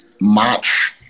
March